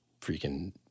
freaking